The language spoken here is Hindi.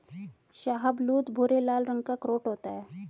शाहबलूत भूरे लाल रंग का अखरोट होता है